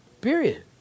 Period